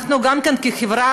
כחברה